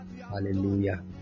hallelujah